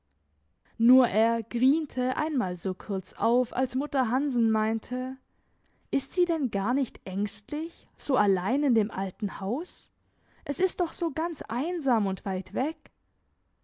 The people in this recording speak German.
nur er griente einmal so kurz auf als mutter hansen meinte ist sie denn garnicht ängstlich so allein in dem alten haus es ist doch so ganz einsam und weit weg